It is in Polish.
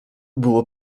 było